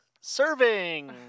serving